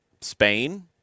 Spain